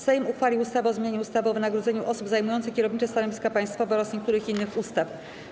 Sejm uchwalił ustawę o zmianie ustawy o wynagrodzeniu osób zajmujących kierownicze stanowiska państwowe oraz niektórych innych ustaw.